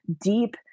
deep